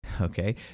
Okay